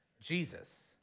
Jesus